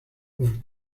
vous